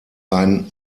ein